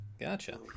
Gotcha